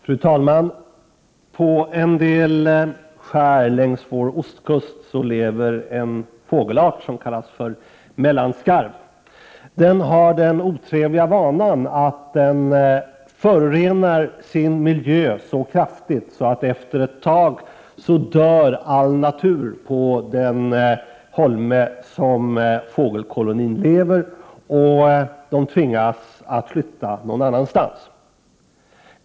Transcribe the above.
Fru talman! På en del skär längs vår ostkust lever en fågelart som kallas för mellanskarv. Den har den otrevliga vanan att förorena sin miljö så kraftigt att all den natur på den holme där fågelkolonin finns dör efter en tid. Fåglarna tvingas då att flytta till ett annat ställe.